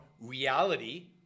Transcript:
reality